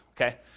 okay